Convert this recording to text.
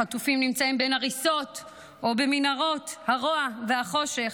החטופים נמצאים בין הריסות או במנהרות הרוע והחושך,